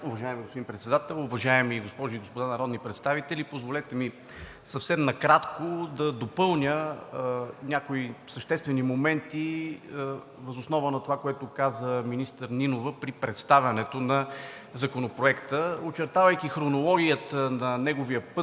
уважаеми госпожи и господа народни представители! Позволете ми съвсем накратко да допълня някои съществени моменти въз основа на това, което каза министър Нинова при представянето на Законопроекта. Очертавайки хронологията на неговия път